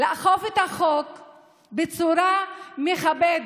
לאכוף את החוק בצורה מכבדת,